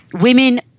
Women